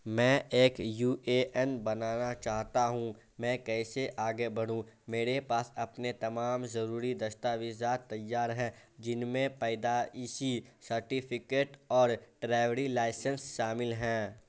میں ایک U A N بنانا چاہتا ہوں میں کیسے آگے بڑھوں میرے پاس اپنے تمام ضروری دستاویزات تیار ہیں جن میں پیدائشی سرٹیفکیٹ اور ڈرائیوری لائسنس شامل ہیں